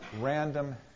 random